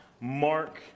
Mark